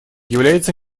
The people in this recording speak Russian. является